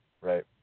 right